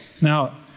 Now